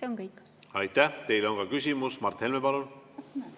See on kõik. Aitäh! Teile on ka küsimus. Mart Helme, palun!